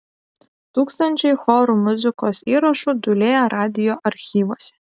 tūkstančiai chorų muzikos įrašų dūlėja radijo archyvuose